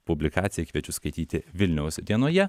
publikaciją kviečiu skaityti vilniaus dienoje